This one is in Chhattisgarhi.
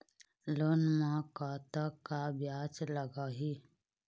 लोन म कतका ब्याज लगही?